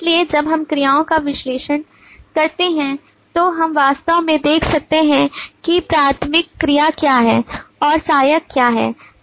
इसलिए जब हम क्रियाओं का विश्लेषण करते हैं तो हम वास्तव में देख सकते हैं कि प्राथमिक क्रिया क्या है और सहायक क्या हैं